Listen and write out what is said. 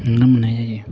नुनो मोननाय जायो